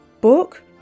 book